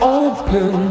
open